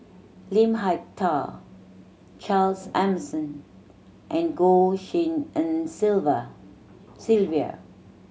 Lim Hak Tai Charles Emmerson and Goh Tshin En Sylvia